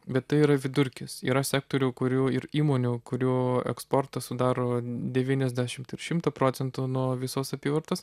bet tai yra vidurkis yra sektorių kurių ir įmonių kurių eksportas sudaro devyniasdešimt ir šimtą procentų nuo visos apyvartos